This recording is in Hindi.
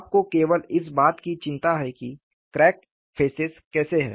आपको केवल इस बात की चिंता है कि क्रैक फेसेस कैसी हैं